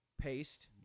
Paste